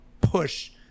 push